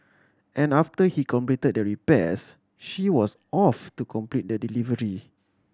and after he completed the repairs she was off to complete the delivery